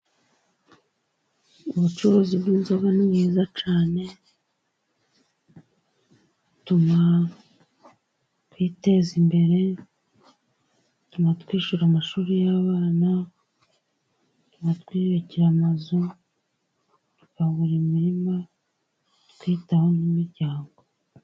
Ubucuruzi bw'inzoga ni bwiza cyane, butuma twiteza imbere, butuma twishyura amashuri y'abana, butuma twyubakira amazu, tukagura imirima, twitaho mu miryango.